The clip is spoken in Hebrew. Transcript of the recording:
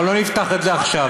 אבל לא נפתח את זה עכשיו.